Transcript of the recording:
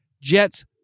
Jets